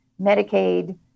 Medicaid